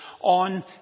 on